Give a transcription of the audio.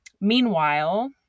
Meanwhile